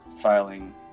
filing